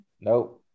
Nope